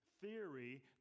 theory